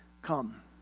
Come